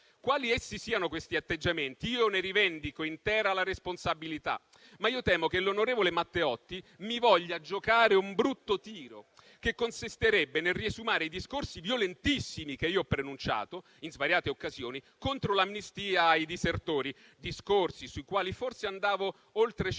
Quali essi siano questi atteggiamenti, io ne rivendico intera la responsabilità; ma io temo che l'onorevole Matteotti mi voglia giocare un brutto tiro, che consisterebbe nel riesumare i discorsi violentissimi che io ho pronunciato, in svariate occasioni, contro l'amnistia ai disertori, discorsi sui quali forse andavano oltre certi